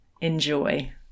Enjoy